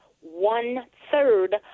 one-third